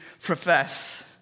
profess